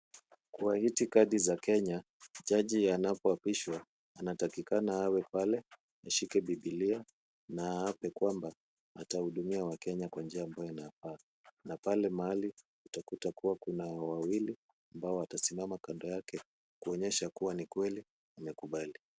Kwa itikadi za Kenya, jaji anapoapishwa anatakikana awe pale, ashike Bibilia na aape kwamba atahudumia wakenya kwa njia ambayo inafaa na pale mahali utakuta kuwa kuna wawili ambao watasimama kando yake kuonyesha kuwa ni kweli amekubali.